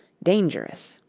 dangerous.